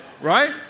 Right